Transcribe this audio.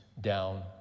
down